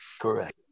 Correct